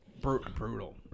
Brutal